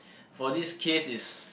for this case is